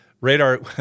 Radar